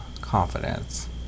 confidence